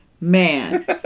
man